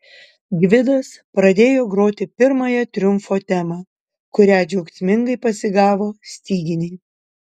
gvidas pradėjo groti pirmąją triumfo temą kurią džiaugsmingai pasigavo styginiai